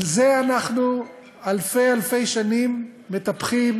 על זה אנחנו אלפי אלפי שנים מטפחים,